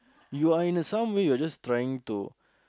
you are in a some way you are just trying to